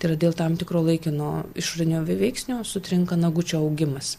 tai yra dėl tam tikro laikino išorinio veiksnio sutrinka nagučių augimas